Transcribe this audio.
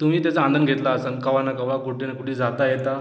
तुम्ही त्याचा आनंद घेतला असन केव्हा न केव्हा कुठे न कुठे जाता येता